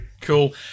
Cool